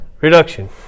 reduction